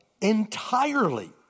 entirely